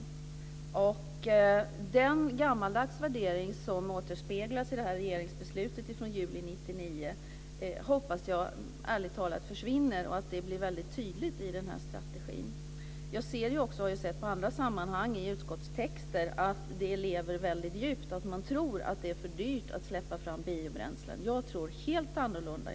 Jag hoppas, ärligt talat, att den gammaldags värdering som återspeglas i regeringsbeslutet från juli 1999 ska försvinna och att detta blir väldigt tydligt i strategin. Jag har i andra utskottstexter också sett att man tror att det är för dyrt att släppa fram biobränslen. Jag tror helt annorlunda.